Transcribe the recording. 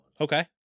Okay